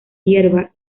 hierba